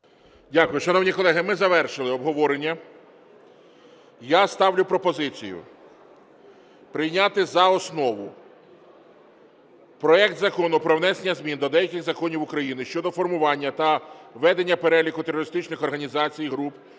Дякую. Шановні колеги, ми завершили обговорення. Я ставлю пропозицію прийняти за основу проект Закону про внесення змін до деяких законів України щодо формування та ведення переліку терористичних організацій (груп)